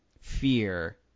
fear